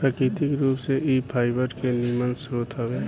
प्राकृतिक रूप से इ फाइबर के निमन स्रोत हवे